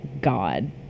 god